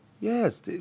Yes